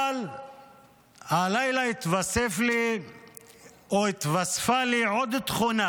אבל הלילה התווספה לי עוד תכונה